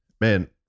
man